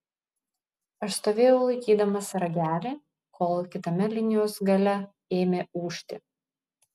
aš stovėjau laikydamas ragelį kol kitame linijos gale ėmė ūžti